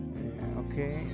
okay